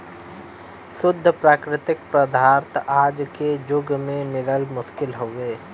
शुद्ध प्राकृतिक पदार्थ आज के जुग में मिलल मुश्किल हउवे